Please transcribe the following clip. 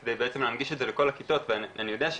כדי בעצם להנגיש את זה לכל הכיתות ואני יודע,